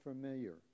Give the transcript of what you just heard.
familiar